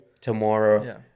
tomorrow